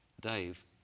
Dave